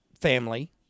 family